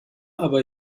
aber